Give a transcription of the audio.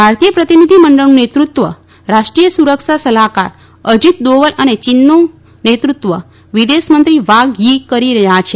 ભારતીય પ્રતિનિધિમંડળનું નેતૃત્વ રાષ્ટ્રીય સુરક્ષા સલાહકાર અજીત દોવલ અને ચીનનું નેતૃત્વ વિદેશમંત્રી વાંગ થી કરી રહ્યા છે